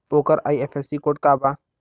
ओकर IFSC code का बा?